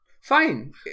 fine